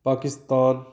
Pakistan